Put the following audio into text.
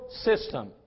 system